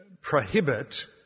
prohibit